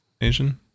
Asian